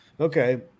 okay